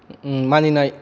मानिनाय